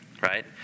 right